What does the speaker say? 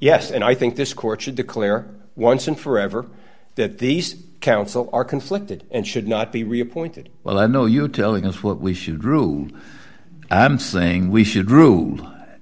yes and i think this court should declare once and forever that these council are conflicted and should not be reappointed well i know you telling us what we should rule i'm saying we should rude